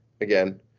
again